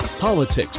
politics